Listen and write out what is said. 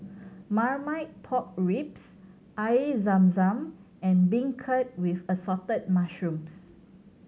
Marmite Pork Ribs Air Zam Zam and beancurd with Assorted Mushrooms